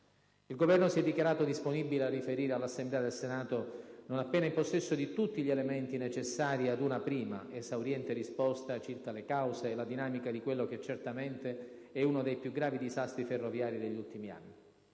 Il Governo si è dichiarato disponibile a riferire all'Assemblea del Senato non appena in possesso di tutti gli elementi necessari ad una prima, esauriente risposta circa le cause e la dinamica di quello che certamente è uno dei più gravi disastri ferroviari degli ultimi anni.